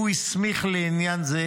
שהוא הסמיך לעניין זה,